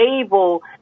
able